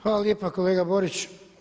Hvala lijepa kolega Borić.